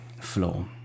flow